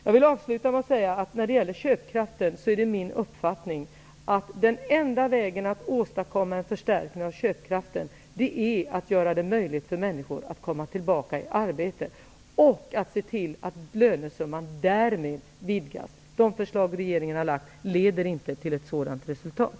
Jag vill avsluta med att säga att min uppfattning är att den enda vägen att åstadkomma en förstärkning av köpkraften är att göra det möjligt för människor att gå tillbaka till arbete och att se till att lönesumman därmed vidgas. De förslag som regeringen har lagt fram ger inte ett sådant resultat.